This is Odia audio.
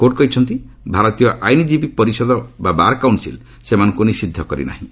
କୋର୍ଟ କହିଛନ୍ତି ଭାରତୀୟ ଆଇନ୍ଜୀବୀ ପରିଷଦ ବାର୍ କାଉନ୍ସିଲ ସେମାନଙ୍କୁ ନିଷିଦ୍ଧ କରିନାହିଁ